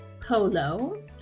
Polo